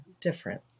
different